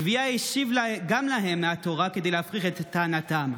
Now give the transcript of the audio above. גביהא השיב גם להם מהתורה, כדי להפריך את טענתם.